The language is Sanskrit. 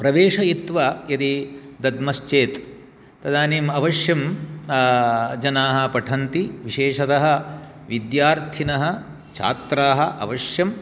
प्रवेशयित्वा यदि दद्मश्चेत् तदानीम् अवश्यं जनाः पठन्ति विशेषतः विद्यार्थिनः छात्राः अवश्यं